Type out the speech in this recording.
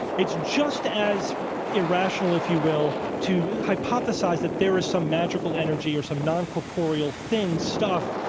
it's just as irrational, if you will, to hypothesize that there is some magical energy or some non-corporeal thing, stuff,